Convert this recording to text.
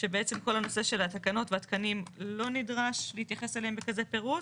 שבעצם כל הנושא של התקנות והתקנים לא נדרש להתייחס אליהם בכזה פירוט.